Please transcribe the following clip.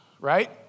right